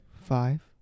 five